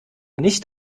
nicht